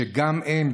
שגם הם,